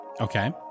Okay